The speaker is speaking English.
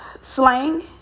slang